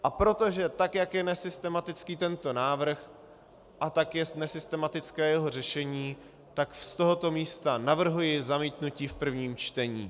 A protože tak jak je nesystematický tento návrh, tak je nesystematické jeho řešení, tak z tohoto místa navrhuji zamítnutí v prvním čtení.